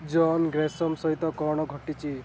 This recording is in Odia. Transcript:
ଜୋନ୍ ଗ୍ରେଶମ୍ ସହିତ କ'ଣ ଘଟିଛି